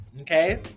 Okay